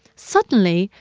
suddenly,